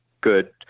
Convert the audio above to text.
good